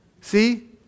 See